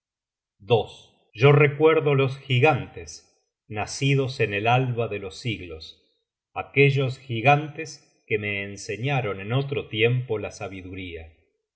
yo recuerdo los gigantes nacidos en el alba de los siglos aquellos gigantes que me enseñaron en otro tiempo la sabiduría